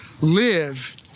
Live